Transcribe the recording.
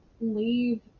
leave